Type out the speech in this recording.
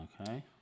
Okay